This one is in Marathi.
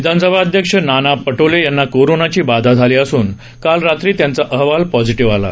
विधानसभा अध्यक्ष नाना पटोले यांना कोरोनाची बाधा झाली असून काल रात्री त्यांचा अहवाल पॉजिटीव्ह आला